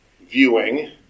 viewing